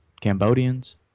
Cambodians